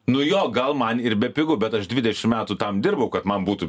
nu jo gal man ir bepigu bet aš dvidešim metų tam dirbau kad man būtų